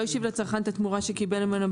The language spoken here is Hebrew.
לא השיב לצרכן את התמורה שקיבל ממנו,